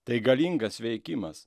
tai galingas veikimas